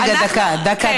רגע, דקה, דקה.